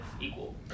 equal